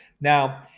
Now